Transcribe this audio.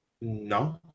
No